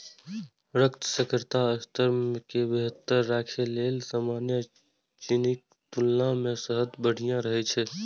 रक्त शर्करा स्तर कें बेहतर राखै लेल सामान्य चीनीक तुलना मे शहद बढ़िया रहै छै